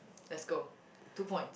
let's go two points